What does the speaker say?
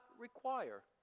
require